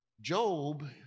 Job